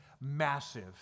massive